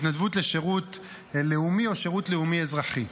התנדבות לשירות לאומי או שירות לאומי אזרחי.